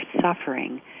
suffering